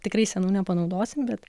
tikrai senų nepanaudosim bet